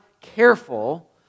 careful